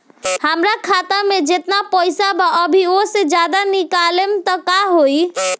हमरा खाता मे जेतना पईसा बा अभीओसे ज्यादा निकालेम त का होई?